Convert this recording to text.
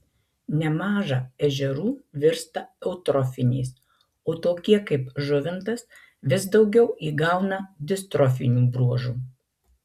nemaža ežerų virsta eutrofiniais o tokie kaip žuvintas vis daugiau įgauna distrofinių bruožų